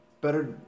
Better